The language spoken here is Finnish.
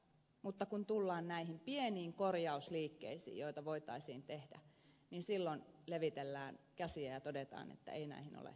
mutta kun tullaan näihin pieniin korjausliikkeisiin joita voitaisiin tehdä niin silloin levitellään käsiä ja todetaan että ei näihin ole varaa